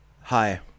Hi